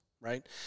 Right